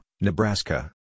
Nebraska